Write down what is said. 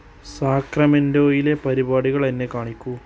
സാക്രമെൻറ്റോയിലെ പരിപാടികൾ എന്നെ കാണിക്കൂ